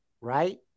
right